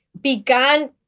began